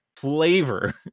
Flavor